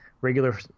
regular